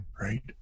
Right